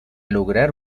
lograr